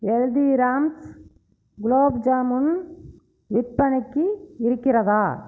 ஹெல்திராம்ஸ் குலோப் ஜாமுன் விற்பனைக்கு இருக்கிறதா